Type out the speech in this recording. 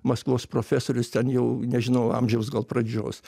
maskvos profesorius ten jau nežinau amžiaus gal pradžios